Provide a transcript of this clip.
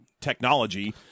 technology